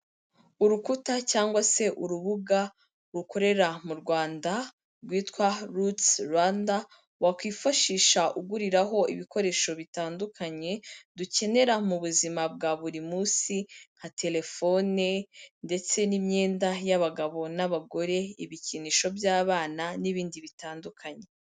Urukuta cyangwa se urubuga rukorera mu Rwanda rwitwa Rutisi Rwanda wakwifashisha uguriraho ibikoresho bitandukanye dukenera mu buzima bwa buri munsi nka telefone ndetse n'imyenda y'abagabo n'abagore, ibikinisho by'abana n'ibindi bitandukanye.